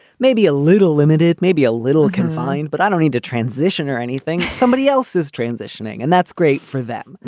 maybe a little limited, maybe a little confined. but i don't need to transition or anything. somebody else is transitioning and that's great for them.